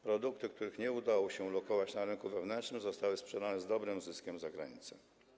Produkty, których nie udało się ulokować na rynku wewnętrznym, zostały sprzedane z dobrym zyskiem za granicą.